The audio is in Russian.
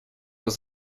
вас